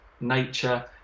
nature